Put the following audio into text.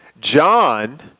John